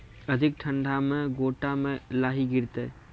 अधिक ठंड मे गोटा मे लाही गिरते?